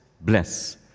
bless